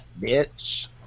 Bitch